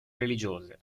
religiose